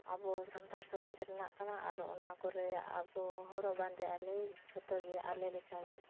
ᱟᱵᱚ ᱥᱟᱱᱛᱟᱲ ᱥᱚᱢᱟᱡᱽ ᱨᱮᱱᱟᱜ ᱠᱟᱱᱟ ᱟᱨ ᱚᱱᱟ ᱠᱚᱨᱮᱭᱟᱜ ᱟᱵᱚ ᱦᱚᱨᱚᱜ ᱵᱟᱸᱫᱮ ᱟᱞᱮ ᱡᱚᱛᱚ ᱜᱮ ᱟᱞᱮ ᱞᱮᱠᱟ ᱜᱮ